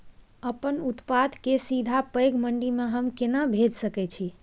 अपन उत्पाद के सीधा पैघ मंडी में हम केना भेज सकै छी?